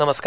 नमस्कार